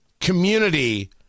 community